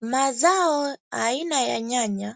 Mazao aina ya nyanya